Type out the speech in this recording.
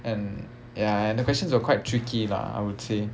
and ya and the questions are quite tricky lah I would say